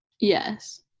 yes